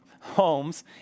homes